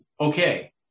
okay